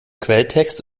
quelltext